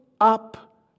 up